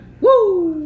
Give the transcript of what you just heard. Woo